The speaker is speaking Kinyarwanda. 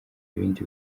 ibindi